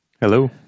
hello